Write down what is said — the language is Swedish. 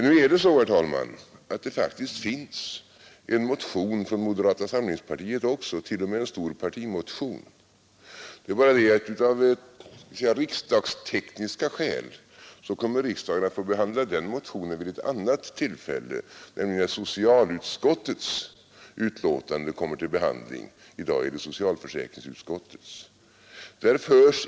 Nu är det så, herr talman, att det faktiskt finns en motion från moderata samlingspartiet också — t.o.m. en stor partimotion. Av arbetstekniska skäl kommer riksdagen emellertid att få behandla den motionen vid ett annat tillfälle, nämligen när socialutskottets betänkande i ärendet kommer upp till behandling; i dag behandlar vi ju socialförsäkringsutskottets betänkande.